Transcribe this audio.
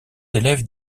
élèves